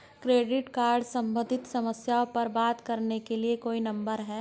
Credit card सम्बंधित समस्याओं पर बात करने के लिए कोई नंबर है?